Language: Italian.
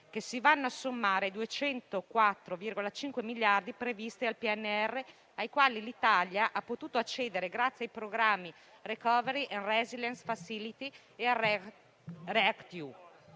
che si vanno a sommare ai 204,5 miliardi previsti dal PNRR, ai quali l'Italia ha potuto accedere grazie ai programmi Recovery and resilience facility e React-EU.